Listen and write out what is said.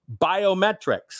Biometrics